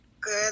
Good